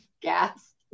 gas